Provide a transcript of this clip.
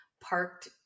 parked